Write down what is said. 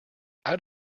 out